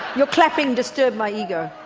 your clapping disturbed by ego,